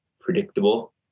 predictable